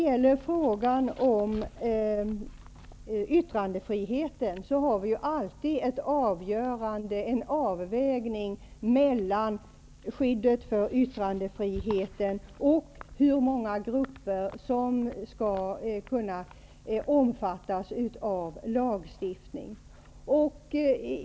I fråga om yttrandefriheten gör vi alltid en avvägning mellan skyddet för yttrandefriheten och hur många grupper som skall omfattas av lagstiftning.